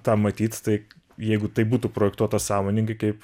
tą matyt tai jeigu tai būtų projektuota sąmoningai kaip